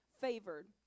favored